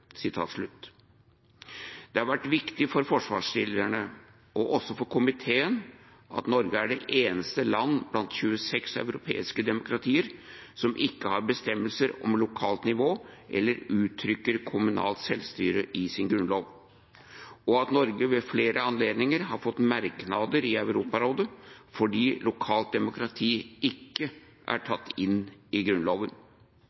Det har vært viktig for forslagsstillerne, og også for komiteen, at Norge er det eneste land blant 26 europeiske demokratier som ikke har bestemmelser om lokalt nivå eller uttrykker kommunalt selvstyre i sin grunnlov, og at Norge ved flere anledninger har fått merknader i Europarådet fordi lokalt demokrati ikke er